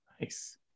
nice